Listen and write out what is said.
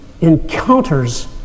encounters